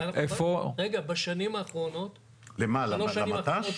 רגע, בשנים האחרונות --- למה, למט"ש?